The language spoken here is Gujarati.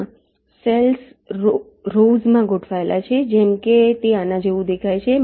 ત્યાં સેલ્સ રોવ્સમાં ગોઠવાયેલા છે જેમ કે તે આના જેવ દેખાય છે